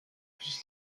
plus